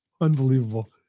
Unbelievable